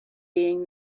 being